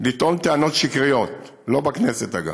לטעון טענות שקריות, לא בכנסת, אגב.